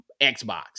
xbox